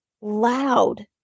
loud